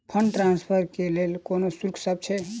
Fund transfer केँ लेल कोनो शुल्कसभ छै?